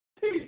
peace